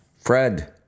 Fred